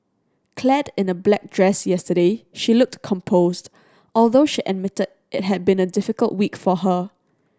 Clad in a black dress yesterday she looked composed although she admitted it had been a difficult week for her